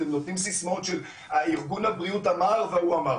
אתם נותנים סיסמאות שארגון הבריאות אמר וההוא אמר.